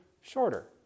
shorter